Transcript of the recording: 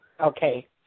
Okay